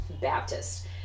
Baptist